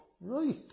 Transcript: Right